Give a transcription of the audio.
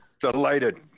Delighted